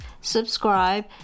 subscribe